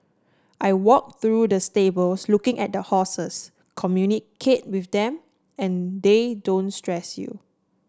I walk through the stables looking at the horses communicate with them and they don't stress you